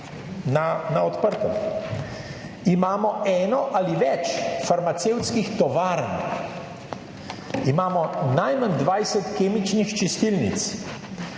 na odprtem. Imamo eno ali več farmacevtskih tovarn, imamo najmanj 20 kemičnih čistilnic